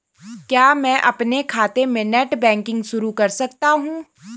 क्या मैं अपने खाते में नेट बैंकिंग शुरू कर सकता हूँ?